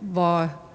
hvor